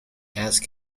ask